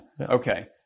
Okay